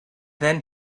then